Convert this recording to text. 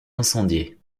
incendiée